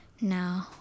No